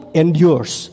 endures